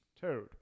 Toad